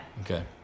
Okay